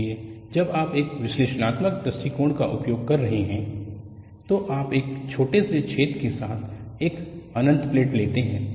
इसलिए जब आप एक विश्लेषणात्मक दृष्टिकोण का उपयोग कर रहे हैं तो आप एक छोटे से छेद के साथ एक अनंत प्लेट लेते हैं